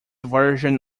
version